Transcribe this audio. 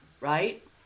right